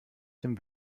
dem